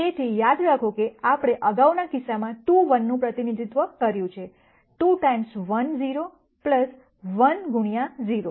તેથી યાદ રાખો કે આપણે અગાઉના કિસ્સામાં 2 1 નું પ્રતિનિધિત્વ કર્યું છે 2 ટાઈમ્સ 1 0 1 ગુણ્યા 0